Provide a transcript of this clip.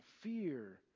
fear